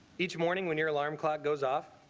each morning when your alarm clock goes off.